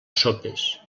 sopes